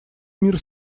мир